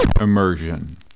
Immersion